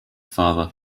father